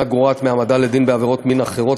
גורעת מהעמדה לדין בעבירות מין אחרות,